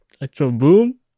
Electro-boom